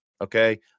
Okay